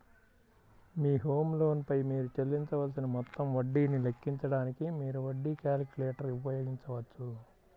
మీ home loan పై మీరు చెల్లించవలసిన మొత్తం వడ్డీని లెక్కించడానికి, మీరు వడ్డీ క్యాలిక్యులేటర్ ఉపయోగించవచ్చు